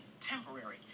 temporary